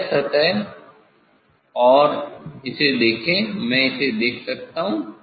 यह सतह और इसे देखें मै इसे देख सकता हुँ